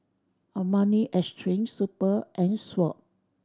Armani Exchange Super and Swatch